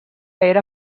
era